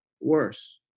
worse